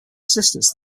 assistants